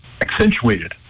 accentuated